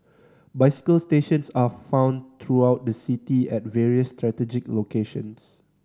bicycle stations are found throughout the city at various strategic locations